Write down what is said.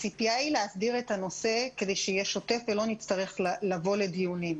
הציפייה היא להסדיר את הנושא כדי שיהיה שוטף ולא נצטרך לבוא לדיונים.